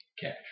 cash